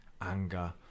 anger